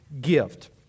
gift